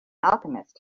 alchemist